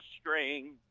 string